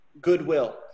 goodwill